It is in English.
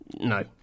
no